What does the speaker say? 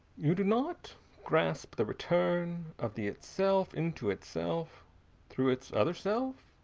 you do not grasp the return of the itself into itself through its otherself?